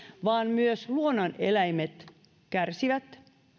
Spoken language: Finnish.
vaan myös luonnon eläimet kärsivät